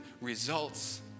results